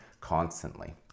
constantly